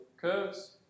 curves